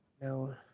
no